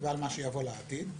ועל מה שיבוא בעתיד.